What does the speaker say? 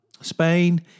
Spain